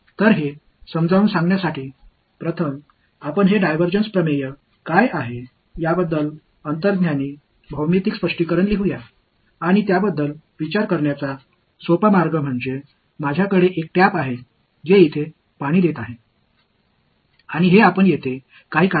எனவே இதை விளக்க முதலில் இந்த டைவர்ஜன்ஸ் தியரம் என்ன என்பதற்கான உள்ளுணர்வு வடிவியல் விளக்கத்தை எழுதுவோம் அதைப் பற்றி சிந்திக்க எளிய வழி என்னவென்றால் நான் ஒரு குழாய் வைத்திருக்கிறேன் இங்கே தண்ணீரை வெளியேற்றுகிறேன் என்று சொல்லலாம்